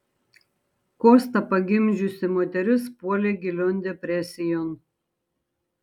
kostą pagimdžiusi moteris puolė gilion depresijon